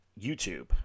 YouTube